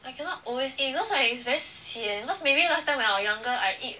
I cannot always eat because like it's very sian cause maybe last time when I wa~ younger I eat